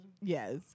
Yes